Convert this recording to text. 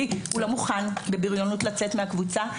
הוא לא מוכן בבריונות לצאת מהקבוצה.